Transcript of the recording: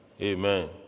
Amen